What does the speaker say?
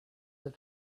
that